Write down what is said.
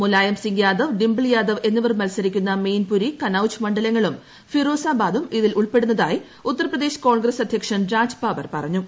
മുലായംസിങ് യാദവ് ഡിംപിൾ യാദവ് എന്നിവർ മൽസരിക്കുന്ന മെയിൻപുരി കനൌജ് മണ്ഡലങ്ങളും ഫിറോസാബാദും ഇതിൽ ഉൾപ്പെടുന്നതായി ഉത്തർപ്രദേശ് കോൺഗ്രസ്സ് അധ്യക്ഷൻ രാജ് ബാബർ പറഞ്ഞു